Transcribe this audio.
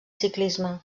ciclisme